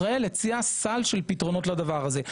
ישראל הציעה סל של פתרונות לדבר הזה.